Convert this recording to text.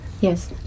Yes